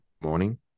morning